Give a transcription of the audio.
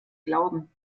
glauben